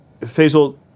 Faisal